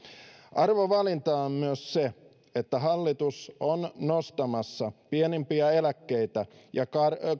arvovalinta on myös se että hallitus on nostamassa pienimpiä eläkkeitä ja